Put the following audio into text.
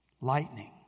lightning